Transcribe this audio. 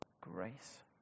grace